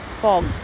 fog